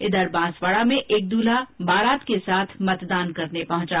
इधर बांसवाड़ा में एक दूल्हा बरात के साथ मतदान करने पहुंचा